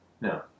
No